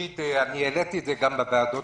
ראשית, העליתי את זה גם בישיבות הקודמות.